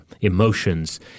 emotions